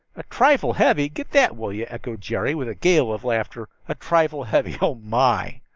a trifle heavy! get that, will you, echoed jerry with a gale of laughter. a trifle heavy! oh, my!